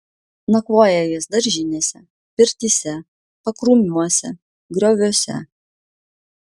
nakvoja jis daržinėse pirtyse pakrūmiuose grioviuose